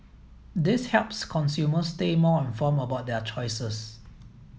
this helps consumers stay more informed about their choices